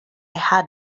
had